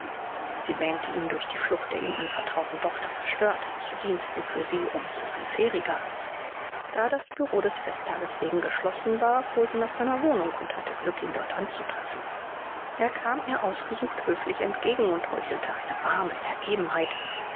sie wähnte ihn durch die flucht der ihm anvertrauten tochter verstört und zu diensten für sie um so willfähriger da das büro des festtages wegen geschlossen war fuhr sie nach seiner wohnung und hatte glück ihn dort anzutreffen er kam ihr ausgesucht höflich entgegen und heuchelte eine warme ergebenheit